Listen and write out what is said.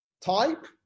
type